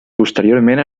posteriorment